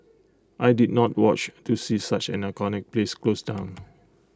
I did not watch to see such an iconic place close down